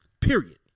Period